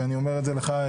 ואני אומר את זה לך,